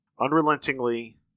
unrelentingly